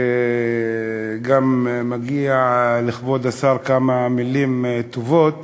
גם מגיע לכבוד השר כמה מילים טובות